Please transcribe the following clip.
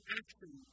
action